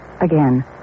again